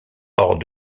hors